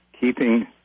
keeping